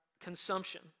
consumption